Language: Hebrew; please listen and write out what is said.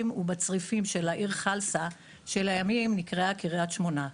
ובצריפים של העיר חלסה שלימים נקראה קרית שמונה.